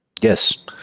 yes